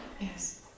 Yes